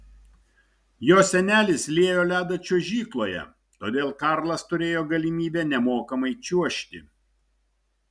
jo senelis liejo ledą čiuožykloje todėl karlas turėjo galimybę nemokamai čiuožti